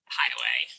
highway